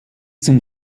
zum